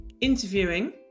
interviewing